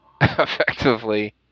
effectively